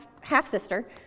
half-sister